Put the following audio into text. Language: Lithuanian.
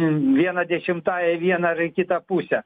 viena dešimtąja į vieną ar į kitą pusę